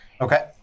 Okay